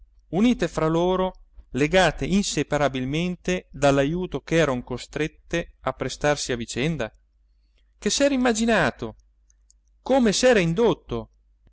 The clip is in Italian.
unite fra loro legate inseparabilmente dall'ajuto che eran costrette a prestarsi a vicenda che s'era immaginato come s'era indotto